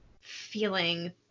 feeling